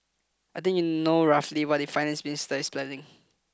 I think you know roughly what the finance minister is planning